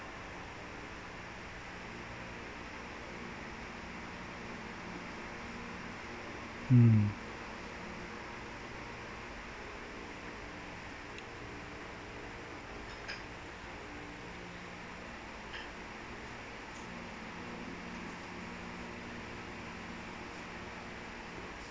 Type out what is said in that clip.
mm